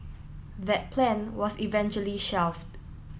that plan was eventually shelved